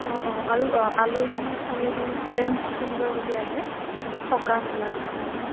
অ' অ' আৰু আলহী চালহী ফ্ৰেণ্ডছ কোনোবা যদি আহে থকা মেলা কোনোবা